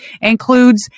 includes